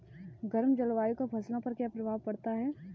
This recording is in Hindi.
गर्म जलवायु का फसलों पर क्या प्रभाव पड़ता है?